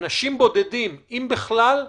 אנשים בודדים, אם בכלל.